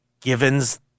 Givens